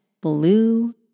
blue